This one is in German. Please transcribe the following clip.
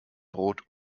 brot